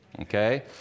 okay